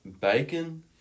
bacon